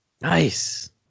Nice